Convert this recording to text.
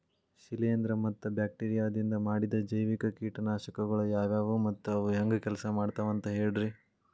ಶಿಲೇಂಧ್ರ ಮತ್ತ ಬ್ಯಾಕ್ಟೇರಿಯದಿಂದ ಮಾಡಿದ ಜೈವಿಕ ಕೇಟನಾಶಕಗೊಳ ಯಾವ್ಯಾವು ಮತ್ತ ಅವು ಹೆಂಗ್ ಕೆಲ್ಸ ಮಾಡ್ತಾವ ಅಂತ ಹೇಳ್ರಿ?